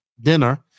dinner